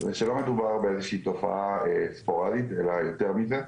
היא שלא מדובר באיזושהי תופעה ספורדית אלא יותר מזה.